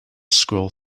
scroll